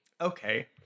Okay